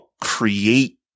create